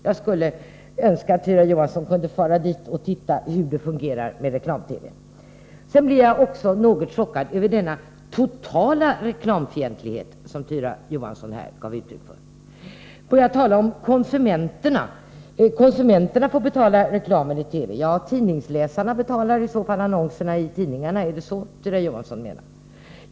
Jag skulle önska att Tyra Johansson kunde fara dit och titta hur reklam-TV fungerar. Jag blir också något chockad över den totala reklamfientlighet som Tyra Johansson gav uttryck för. Hon menade att konsumenterna får betala reklamen i TV. Ja, tidningsläsarna betalar i så fall annonserna i tidningarna. Är det så Tyra Johansson menar?